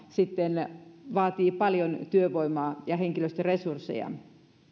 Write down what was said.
myöskin vaatii paljon työvoimaa ja henkilöstöresursseja